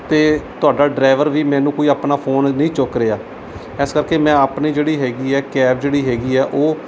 ਅਤੇ ਤੁਹਾਡਾ ਡਰਾਈਵਰ ਵੀ ਮੈਨੂੰ ਕੋਈ ਆਪਣਾ ਫ਼ੋਨ ਨਹੀਂ ਚੁੱਕ ਰਿਹਾ ਇਸ ਕਰਕੇ ਮੈਂ ਆਪਣੀ ਜਿਹੜੀ ਹੈਗੀ ਹੈ ਕੈਬ ਜਿਹੜੀ ਹੈਗੀ ਹੈ ਉਹ